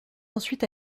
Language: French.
ensuite